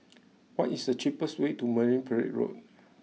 what is the cheapest way to Marine Parade Road